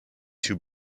two